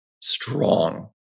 strong